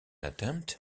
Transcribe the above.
attempt